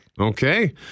Okay